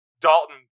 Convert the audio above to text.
Dalton